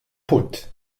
punt